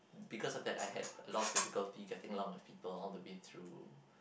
because of that I had a lot of difficulty getting along with people all the way through